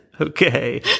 Okay